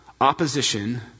opposition